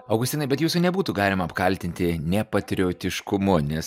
augustinai bet jūsų nebūtų galima apkaltinti nepatriotiškumu nes